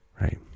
right